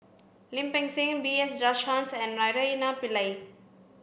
Lim Peng Siang B S Rajhans and Naraina Pillai